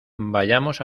vayamos